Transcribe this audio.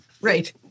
right